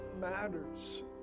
matters